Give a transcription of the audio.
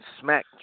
Smack